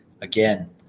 again